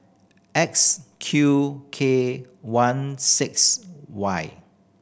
X Q K one six Y